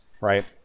right